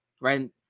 right